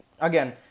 Again